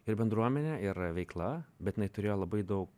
ir bendruomenė ir veikla bet jinai turėjo labai daug